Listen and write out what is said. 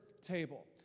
table